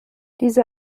diese